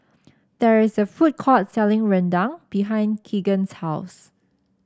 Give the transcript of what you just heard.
there is a food court selling Rendang behind Keegan's house